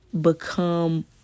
become